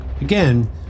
Again